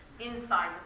inside